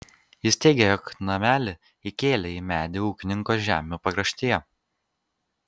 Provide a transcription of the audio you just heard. jis teigė jog namelį įkėlė į medį ūkininko žemių pakraštyje